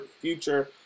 future